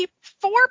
four